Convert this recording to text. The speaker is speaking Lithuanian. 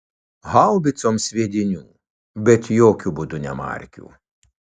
haubicoms sviedinių bet jokiu būdu ne markių